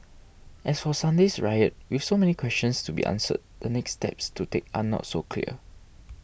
as for Sunday's riot with so many questions to be answered the next steps to take are not so clear